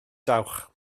dawch